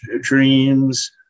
Dreams